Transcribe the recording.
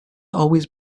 always